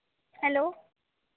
hello